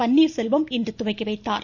பன்னீர் செல்வம் இன்று துவக்கிவைத்தார்